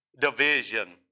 division